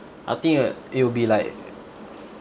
I think uh it will be like